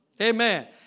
Amen